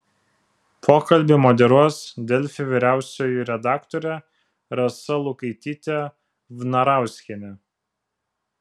pokalbį moderuos delfi vyriausioji redaktorė rasa lukaitytė vnarauskienė